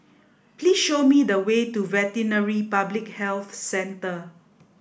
please show me the way to Veterinary Public Health Centre